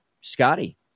Scotty